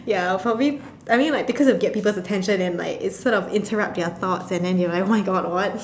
ya I'll probably I mean like to get people's attention and like it sort of interrupt their thoughts and they're like !oh-my-God! what